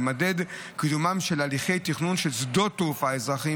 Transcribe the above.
יימדד קידומם של הליכי תכנון של שדות תעופה אזרחיים